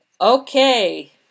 okay